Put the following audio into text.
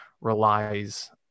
relies